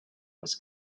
was